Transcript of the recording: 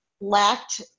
lacked